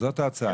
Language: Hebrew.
זאת ההצעה.